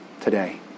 today